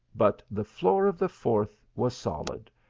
but the floor of the fourth was solid,